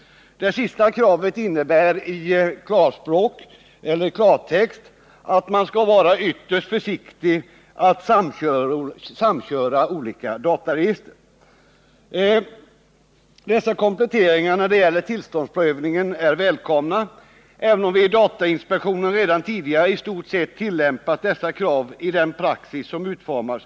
Det sistnämnda kravet innebär i klartext att man skall vara ytterst försiktig med att samköra olika dataregister. Dessa kompletteringar när det gäller tillståndsprövningen är välkomna, även om vi i datainspektionen redan tidigare i stort sett tillämpat dessa krav i den praxis som utformats.